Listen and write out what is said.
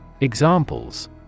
Examples